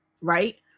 Right